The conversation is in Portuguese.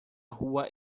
rua